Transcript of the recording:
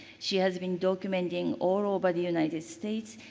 she has been documenting all over the united states.